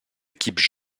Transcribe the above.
équipes